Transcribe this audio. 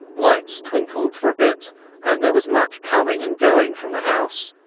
lights twinkled for a bit and there was much coming and going from the house.